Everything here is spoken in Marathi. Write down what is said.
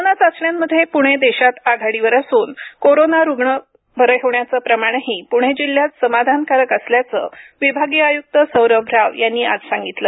कोरोना चाचण्यांमध्ये प्णे देशात आघाडीवर असून कोरोना रुग्ण बरे होण्याचं प्रमाणही पुणे जिल्हयात समाधानकारक असल्याचं विभागीय आयुक्त सौरभ राव यांनी आज सांगितलं